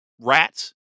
Rats